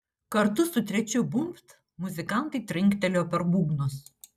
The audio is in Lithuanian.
kartu su trečiu bumbt muzikantai trinktelėjo per būgnus